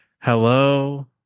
hello